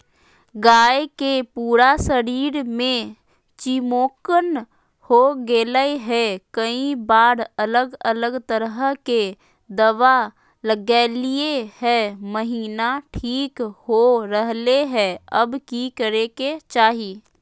गाय के पूरा शरीर में चिमोकन हो गेलै है, कई बार अलग अलग तरह के दवा ल्गैलिए है महिना ठीक हो रहले है, अब की करे के चाही?